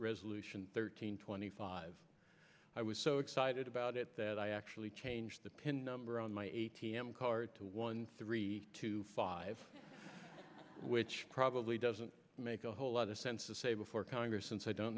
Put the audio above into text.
resolution thirteen twenty five i was so excited about it that i actually changed the pin number on my a t m card to one three to five which probably doesn't make a whole lot of sense to say before congress since i don't